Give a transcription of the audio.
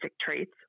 traits